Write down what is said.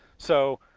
so,